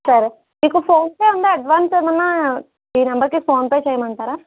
సరే మీకు ఫోన్పే ఉందా అడ్వాన్స్ ఏమన్నా ఈ నెంబర్కి ఫోన్పే చేయమంటారా